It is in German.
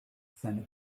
seine